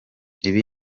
ibi